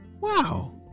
Wow